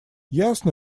ясно